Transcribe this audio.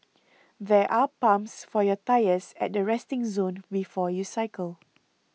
there are pumps for your tyres at the resting zone before you cycle